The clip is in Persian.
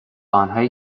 آنهایی